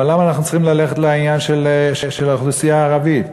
אבל למה אנחנו צריכים ללכת לעניין של האוכלוסייה הערבית?